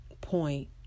point